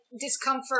discomfort